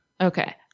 Okay